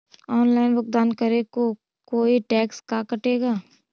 Online भुगतान करे को कोई टैक्स का कटेगा?